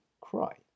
cry